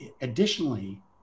additionally